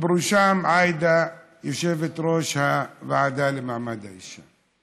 ובראשם עאידה, יושבת-ראש הוועדה למעמד האישה: